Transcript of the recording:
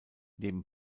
neben